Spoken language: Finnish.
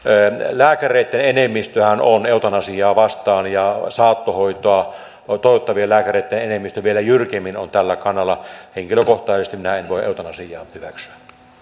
lääkäreitten enemmistöhän on eutanasiaa vastaan ja saattohoitoa toteuttavien lääkäreitten enemmistö on vielä jyrkemmin tällä kannalla henkilökohtaisesti minä en voi eutanasiaa hyväksyä